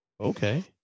Okay